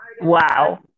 Wow